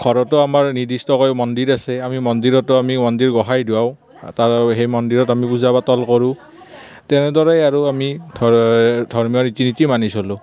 ঘৰতো আমাৰ নিৰ্দিষ্টকৈ মন্দিৰ আছে আমি মন্দিৰতো আমি মন্দিৰ গোসাঁই ধোৱাওঁ তাৰ সেই মন্দিৰত আমি পূজা পাতল কৰোঁ তেনেদৰে আৰু আমি ধৰ্মীয় ৰীতি নীতি মানি চলোঁ